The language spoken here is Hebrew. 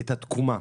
את התקומה.